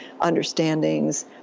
understandings